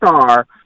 star